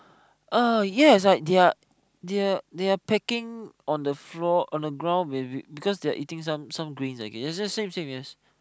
uh yes they are they are packing on the floor on the ground they are eating some green I guess